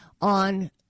on